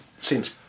seems